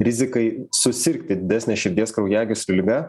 rizikai susirgti didesnės širdies kraujagyslių liga